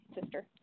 sister